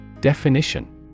Definition